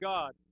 God